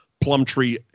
Plumtree